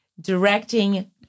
directing